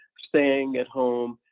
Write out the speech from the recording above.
staying at home,